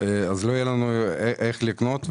לא יהיה לנו איך לקנות.